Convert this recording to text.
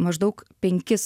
maždaug penkis